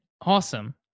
Awesome